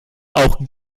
auch